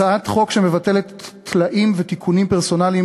הצעת חוק שמבטלת טלאים ותיקונים פרסונליים